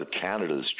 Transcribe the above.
Canada's